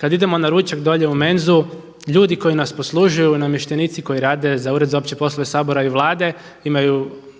kad idemo na ručak dolje u menzu ljudi koji nas poslužuju namještenici koji rade za Ured za opće Sabora i Vlade imaju